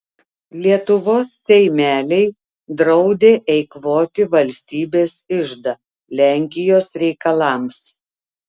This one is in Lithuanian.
lietuvos seimeliai draudė eikvoti valstybės iždą lenkijos reikalams